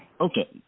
Okay